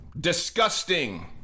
disgusting